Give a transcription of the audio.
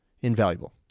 invaluable